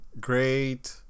great